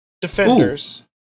Defenders